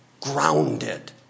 grounded